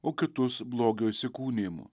o kitus blogio įsikūnijimu